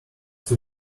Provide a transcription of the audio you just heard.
too